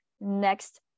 next